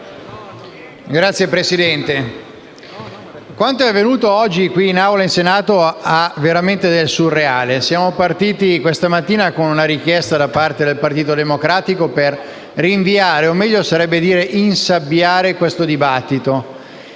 Signor Presidente, quanto è avvenuto oggi nell'Aula del Senato ha veramente del surreale: siamo partiti, questa mattina, con la richiesta da parte del Partito Democratico di rinviare - o meglio sarebbe dire insabbiare - questo dibattito.